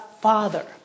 Father